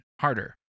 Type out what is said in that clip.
harder